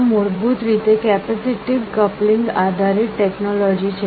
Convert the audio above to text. આ મૂળભૂત રીતે કેપેસિટીવ કપ્લિંગ આધારિત ટેકનોલોજી છે